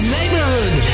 Neighborhood